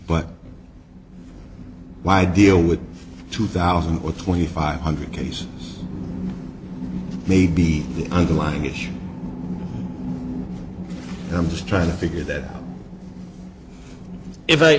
but why deal with two thousand or twenty five hundred cases may be the underlying issue and i'm just trying to figure that